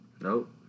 Nope